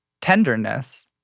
tenderness